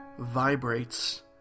vibrates